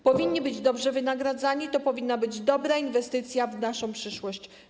Powinni być dobrze wynagradzani, to powinna być dobra inwestycja w naszą przyszłość.